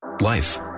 Life